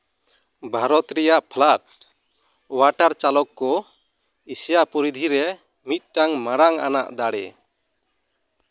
ᱵᱷᱟᱨᱚᱛ ᱨᱮᱭᱟᱜ ᱯᱷᱞᱟᱴ ᱚᱣᱟᱴᱟᱨ ᱪᱟᱞᱚᱠ ᱠᱚ ᱮᱥᱤᱭᱟ ᱯᱚᱨᱤᱫᱷᱤ ᱨᱮ ᱢᱤᱫᱴᱟᱝ ᱢᱟᱨᱟᱝ ᱟᱱᱟᱜ ᱫᱟᱲᱮ